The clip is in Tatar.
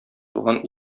туган